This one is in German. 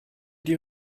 die